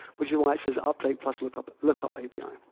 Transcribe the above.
which is why it says update plus lookup lookup api.